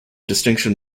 distinction